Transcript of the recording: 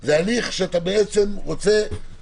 אבל זה לא שאתה אומר שאני כל הזמן צריך לעשות פעולה אקטיבית.